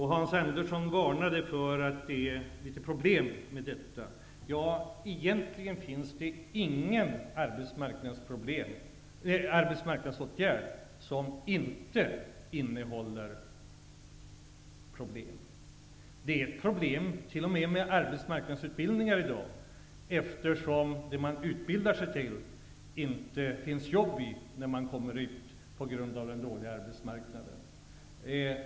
Hans Andersson varnade för att det leder till problem. Det finns egentligen ingen arbetsmarknadsåtgärd som inte leder till problem. I dag har vi t.o.m. problem med arbetsmarknadsutbildningen. Efter avslutad utbildning finns det inte jobb inom det område som utbildningen avser på grund av den dåliga arbetsmarknaden.